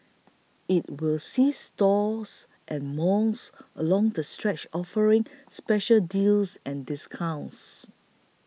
it will see stores and malls along the stretch offering special deals and discounts